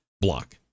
block